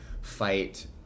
fight